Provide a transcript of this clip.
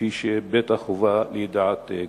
כפי שבטח הובא לידיעת כבודו.